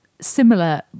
similar